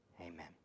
Amen